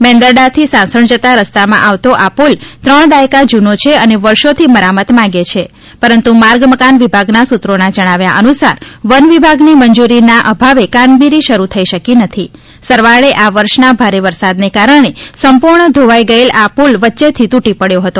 મેંદરડા થી સાસણ જતા રસ્તા માં આવતો આ પુલ ત્રણ દાયકા જૂનો છે અને વર્ષો થી મરામત માંગે છે પરંતુ માર્ગ મકાન વિભાગ ના સૂત્રો ના જણાવ્યા અનુસાર વન વિભાગની મંજૂરી ના આભાવે કામગીરી શરૂ થઈ શકી નથી સરવાળે આ વર્ષ ના ભારે વરસાદ ને કારણે સંપૂર્ણ ધોવાઈ ગયેલ આ પુલ વચ્ચે થી તૂટી પડ્યો હતો